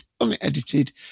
unedited